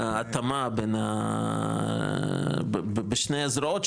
התאמה בין שני הזרועות,